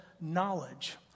knowledge